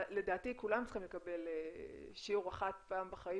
לדעתי כולם צריכים לקבל שיעור אחד פעם בחיים